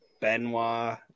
Benoit